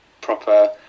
proper